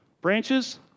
Branches